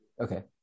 Okay